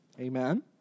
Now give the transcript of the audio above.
Amen